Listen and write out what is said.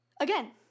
Again